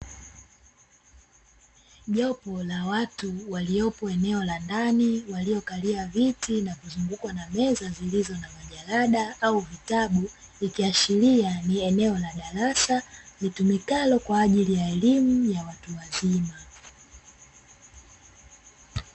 Jopo la watu waliopo eneo la ndani waliokalia viti na kuzungukwa na meza zilizo na majalada au vitabu, ikiashiria ni eneo la darasa litumikalo kwa ajili ya elimu ya watu wazima.